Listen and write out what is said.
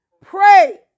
Pray